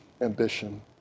ambition